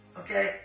Okay